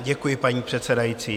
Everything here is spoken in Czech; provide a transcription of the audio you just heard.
Děkuji, paní předsedající.